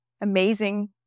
amazing